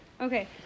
Okay